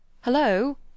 Hello